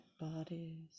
bodies